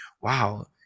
wow